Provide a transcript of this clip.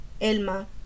elma